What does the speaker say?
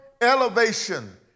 elevation